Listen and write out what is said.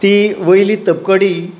ती वयली तपकडी